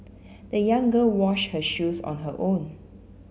the young girl washed her shoes on her own